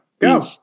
go